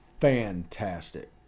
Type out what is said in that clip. fantastic